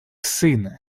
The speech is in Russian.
сына